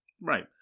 Right